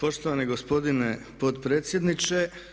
Poštovani gospodine potpredsjedniče.